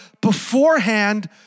beforehand